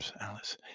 Alice